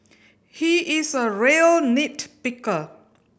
he is a real nit picker